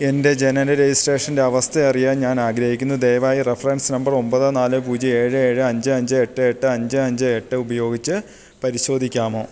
എൻ്റെ ജനന രജിസ്ട്രേഷൻ്റെ അവസ്ഥയറിയാൻ ഞാൻ ആഗ്രഹിക്കുന്നു ദയവായി റഫറൻസ് നമ്പർ ഒമ്പത് നാല് പൂജ്യം ഏഴ് ഏഴ് അഞ്ച് അഞ്ച് എട്ട് എട്ട് അഞ്ച് അഞ്ച് എട്ട് ഉപയോഗിച്ച് പരിശോധിക്കാമോ